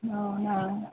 అవునా